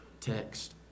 text